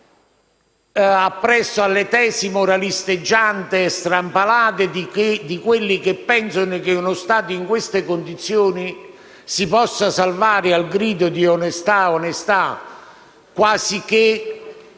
appresso alle tesi moralisteggianti e strampalate di quelli che pensano che uno Stato in queste condizioni si possa salvare al grido di «onestà, onestà», quasi che